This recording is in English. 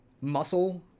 Muscle